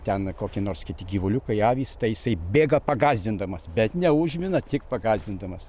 ten kokie nors kiti gyvuliukai avys tai jisai bėga pagąsdindamas bet neužmina tik pagąsdindamas